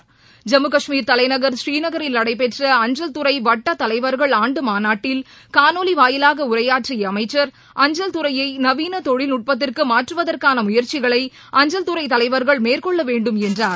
ஐம்முகஸ்மீர் தலைநகர் பூரீநகரில் நடைபெற்ற அஞ்சல்துறைவட்டதலைவர்கள் காணொலிவாயிலாகஉரையாற்றியஅமைச்சர் அஞ்சல்துறையைநவீனதொழில் நட்பத்திற்குமாற்றுவதற்கானமுயற்சிகளை அஞ்சல்துறைதலைவர்கள் மேற்கொள்ளவேண்டும் என்றார்